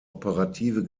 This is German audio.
operative